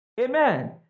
Amen